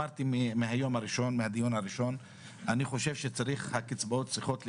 מהדיון הראשון אמרתי שהקצבאות צריכות להיות,